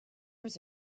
was